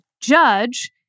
judge